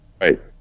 Right